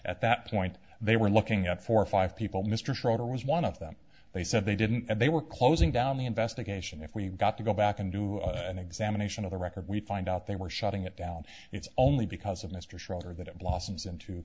at that point they were looking out for five people mr schroeder was one of them they said they didn't and they were closing down the investigation if we got to go back and do an examination of the record we find out they were shutting it down it's only because of mr schroeder that it blossoms into